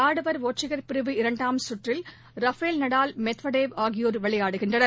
ஆடவர் ஒற்றையர் பிரிவு இரண்டாம் சுற்றில் ரஃபேல் நடால் மெத்வதேவ் ஆகியோர் விளையாடுகின்றனர்